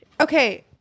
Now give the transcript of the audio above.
Okay